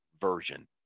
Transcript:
version